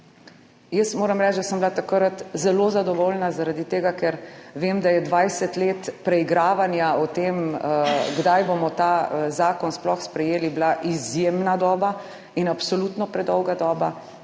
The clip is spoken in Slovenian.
Jaz moram reči, da sem bila takrat zelo zadovoljna, zaradi tega, ker vem, da je 20 let preigravanja o tem, kdaj bomo ta zakon sploh sprejeli, bila izjemna doba in absolutno predolga doba.